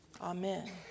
Amen